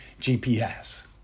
GPS